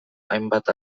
hainbat